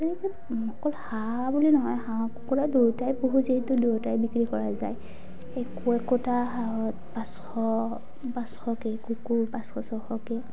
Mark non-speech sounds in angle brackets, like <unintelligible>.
<unintelligible> অকল হাঁহ বুলি নহয় হাঁহ কুকুৰা দুয়োটাই পোহো যিহেতু দুয়োটাই বিক্ৰী কৰা যায় একো একোটা হাঁহত পাঁচশ পাঁচশকে কুকুৰা পাঁচশ ছশকে